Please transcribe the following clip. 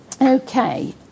Okay